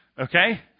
okay